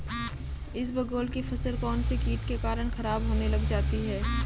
इसबगोल की फसल कौनसे कीट के कारण खराब होने लग जाती है?